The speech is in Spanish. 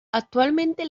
actualmente